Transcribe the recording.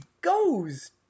goes